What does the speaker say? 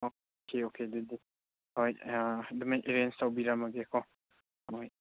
okay okay ꯑꯗꯨꯗꯤ ꯍꯣꯏ ꯑꯗꯨꯃꯥꯏ ꯑꯦꯔꯦꯟꯖ ꯇꯧꯕꯤꯔꯝꯂꯒꯦꯀꯣ ꯍꯣꯏ